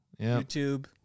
YouTube